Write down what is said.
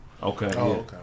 Okay